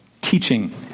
teaching